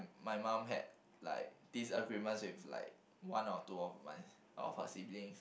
my mom had like disagreements with like one or two of my of her siblings